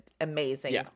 amazing